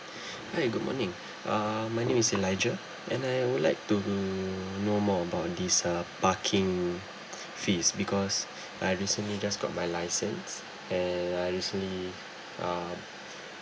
hi good morning uh my name is elijah and I would like to know more about this uh parking fees because I recently just got my license and I recently uh